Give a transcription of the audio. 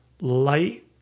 Light